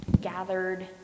gathered